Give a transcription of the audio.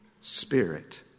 Spirit